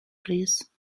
please